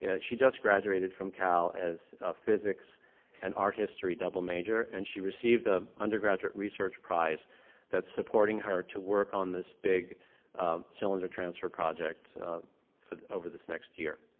yeah she just graduated from cal as a physics and art history double major, and she received an ah undergraduate research prize that's supporting her to work on this big cylinder transfer project over this next year.